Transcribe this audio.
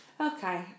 okay